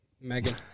Megan